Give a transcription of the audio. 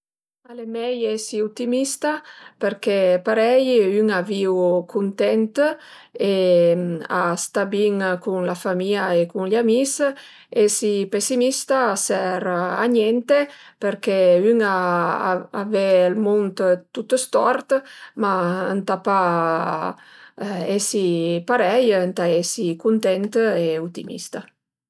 Al e mei esi utimista përché parei ün a viu cuntent e a sta bin cun la famìa e cun gl'amis, esi pesimista a serv a niente përché ün a ve ël munt tut stort, ma ëntà pa esi parei, ëntà esi cuntent e utimista